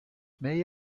may